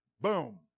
Boom